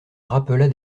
rappela